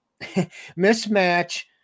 mismatch